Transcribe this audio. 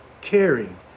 caring